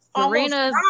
Serena